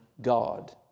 God